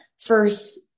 first